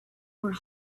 were